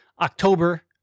October